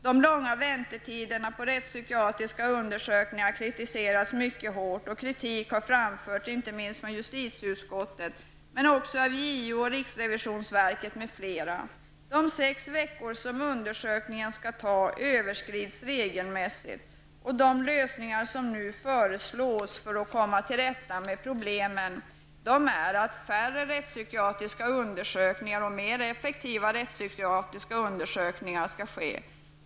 De långa väntetiderna på rättspsykiatriska undersökningar kritiseras mycket hårt, och kritik har framförts inte minst från justitieutskottet men också av JO, riksrevisionsverket m.fl. De sex veckor som undersökningen skall ta överskrids regelmässigt. De lösningar som nu föreslås för att komma till rätta med problemen är att det skall bli färre och mer effektiva rättspsykiatriska undersökningar.